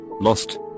lost